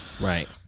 right